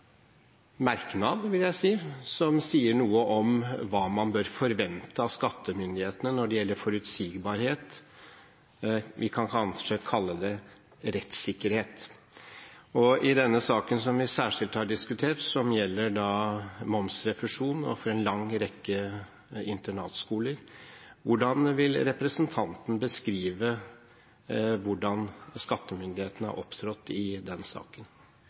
merknad, vil jeg si, som sier noe om hva man bør forvente av skattemyndighetene når det gjelder forutsigbarhet. Vi kan kanskje kalle det rettssikkerhet. I denne saken som vi særskilt har diskutert, som gjelder momsrefusjon overfor en lang rekke internatskoler, hvordan vil representanten beskrive måten skattemyndighetene har opptrådt på i den saken?